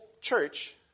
church